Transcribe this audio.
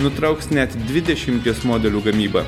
nutrauks net dvidešimties modelių gamybą